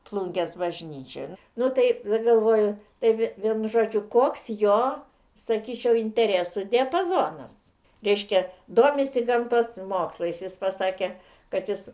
plungės bažnyčioj nu taip galvoju taip vienu žodžiu koks jo sakyčiau interesų diapazonas reiškia domisi gamtos mokslais jis pasakė kad jis